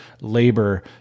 labor